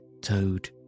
Toad